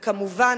וכמובן,